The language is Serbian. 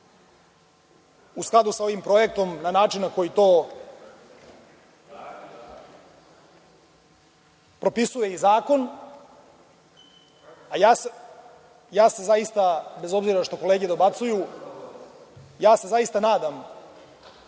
u skladu sa ovim projektom na način na koji to propisuje i zakon, a ja se zaista, bez obzira što kolege dobacuju, zaista se nadam